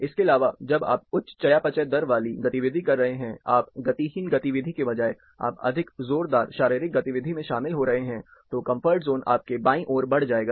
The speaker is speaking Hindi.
इसके अलावा जब आप उच्च चयापचय दर वाली गतिविधि कर रहे हैं आप गतिहीन गतिविधि के बजाय आप अधिक ज़ोरदार शारीरिक गतिविधि में शामिल हो रहे हैं तो फिर कंफर्ट जोन आपके बाईं ओर बढ़ जाएगा